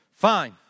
Fine